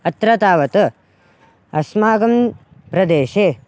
अत्र तावत् अस्माकं प्रदेशे